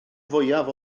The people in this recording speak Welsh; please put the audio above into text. fwyaf